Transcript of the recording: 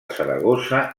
saragossa